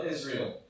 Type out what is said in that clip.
Israel